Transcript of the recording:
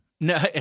No